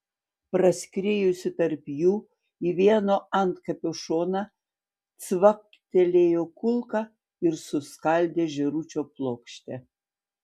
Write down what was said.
praskriejusi tarp jų į vieno antkapio šoną cvaktelėjo kulka ir suskaldė žėručio plokštę